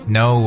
no